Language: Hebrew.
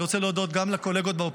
מתקנים בהסכמה.